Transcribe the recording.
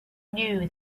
knew